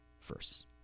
first